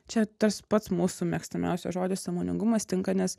čia tas pats mūsų mėgstamiausias žodis sąmoningumas tinka nes